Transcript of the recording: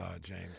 James